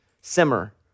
Simmer